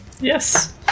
Yes